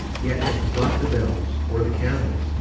yet it was not the bells or the camels,